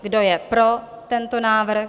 Kdo je pro tento návrh?